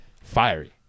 Fiery